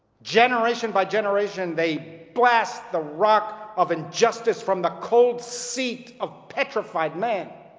generation by generation, they blast the rock of injustice from the cold seat of petrified man,